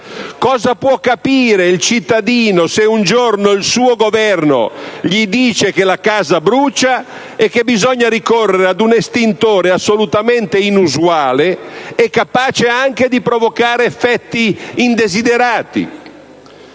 Cosa può capire il cittadino se un giorno il suo Governo gli dice che la casa brucia e che bisogna ricorrere ad un estintore assolutamente inusuale, capace anche di provocare effetti indesiderati